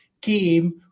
came